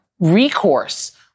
Recourse